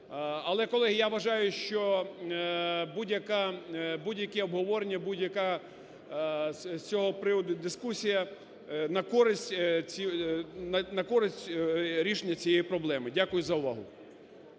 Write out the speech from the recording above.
Але колеги, я вважаю, що будь-яке обговорення, будь-яка з цього приводу дискусія на користь рішення цієї проблеми. Дякую за увагу.